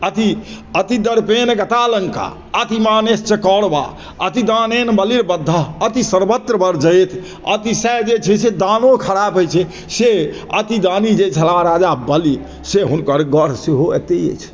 अति अति दर पेन गता लङ्का अति मानेशच कौरवा अति दानेन बलि वधः अति सर्वत्र वर्जयेत अतिशय जे छै से दानो खराब होइ छै से अति दानी जे छलाह राजा बलिसँ हुनकर गढ़ सेहो एतय अछि